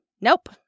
Nope